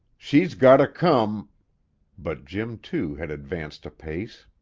she's gotter come but jim, too, had advanced a pace.